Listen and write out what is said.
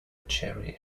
cherry